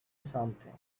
something